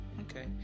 okay